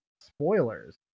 spoilers